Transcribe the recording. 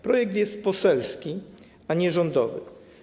Projekt jest poselski, a nie rządowy.